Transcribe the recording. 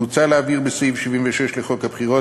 מוצע להבהיר בסעיף 76 לחוק הבחירות,